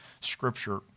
Scripture